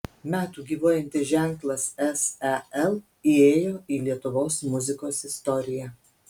metų gyvuojantis ženklas sel įėjo į lietuvos muzikos istoriją